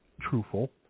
truthful